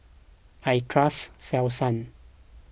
I trust Selsun